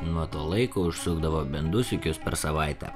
nuo to laiko užsukdavo bent du sykius per savaitę